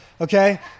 okay